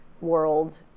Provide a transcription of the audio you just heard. world